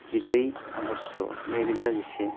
जिब्रै आगष्ट' नैरोजा जिसे